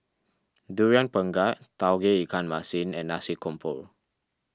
Durian Pengat Tauge Ikan Masin and Nasi Campur